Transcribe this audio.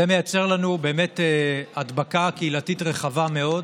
זה מייצר לנו באמת הדבקה קהילתית רחבה מאוד,